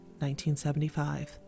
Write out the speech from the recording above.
1975